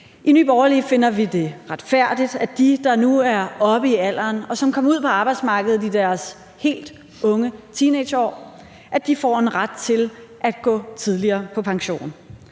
I Nye Borgerlige finder vi det retfærdigt, at de, der nu er oppe i alderen, og som kom ud på arbejdsmarkedet i deres helt unge teenageår, får en ret til at gå tidligere på pension.